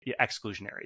exclusionary